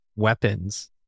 weapons